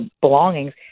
belongings